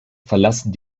verlassen